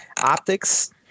optics